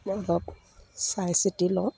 মই অলপ চাই চিটি লওঁ